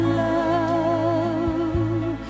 love